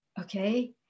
okay